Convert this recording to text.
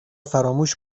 فراموش